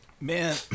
Man